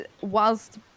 whilst